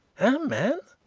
our man!